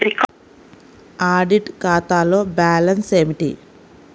Audit ఖాతాలో balance ఏమిటీ?